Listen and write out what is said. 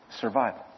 survival